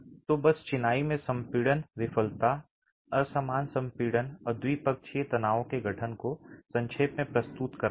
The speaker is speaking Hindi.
तो बस चिनाई में संपीड़न विफलता असमान संपीड़न और द्विपक्षीय तनाव के गठन को संक्षेप में प्रस्तुत करना है